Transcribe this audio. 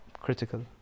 critical